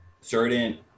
certain